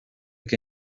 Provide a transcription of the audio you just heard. que